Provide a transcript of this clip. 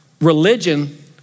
religion